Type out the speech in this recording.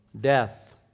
death